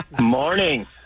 Morning